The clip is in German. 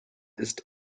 ist